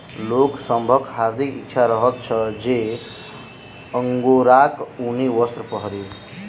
लोक सभक हार्दिक इच्छा रहैत छै जे अंगोराक ऊनी वस्त्र पहिरी